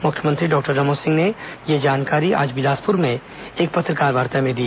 मुख्यमंत्री डॉक्टर रमन सिंह ने यह जानकारी आज बिलासपुर में एक पत्रकारवार्ता में दी